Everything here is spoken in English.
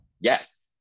Yes